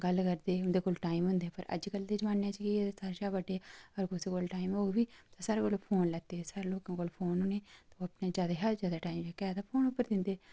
गल्ल करदे हे उं'दे कोल टाइम होंदा हा पर अजकल दे जमाने च एह् सारें कशा बड्डे अगर कुसै कोल टाइम होग बी ते सारें लोकें फोन लैते दे सारें कोल फोन होने ओह् अपना जादै कशा जादै जेह्का टाइम ऐ ओह् फोन पर दिंदे